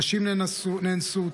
נשים נאנסו,